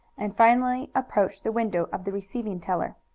and finally approached the window of the receiving teller.